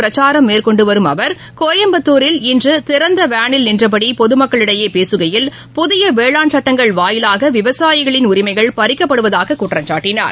பிரச்சாரம் மேற்கொண்டுவரும் கோயம்புத்கூரில் தமிழகத்தில் இன்றுதிறந்தவேனில் அவர் நின்றபடிபொதுமக்களிடையேபேசுகையில் புதியவேளாண் சட்டங்கள் வாயிலாக விவசாயிகளின் உரிமைகள் பறிக்கப்படுவதாககுற்றம் சாட்டினார்